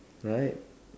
right